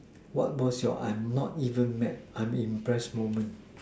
what was your I'm not even mad I'm impressed moment